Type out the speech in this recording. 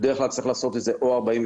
בדרך כלל צריך לעשות את זה או 48,